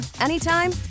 anytime